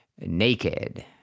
naked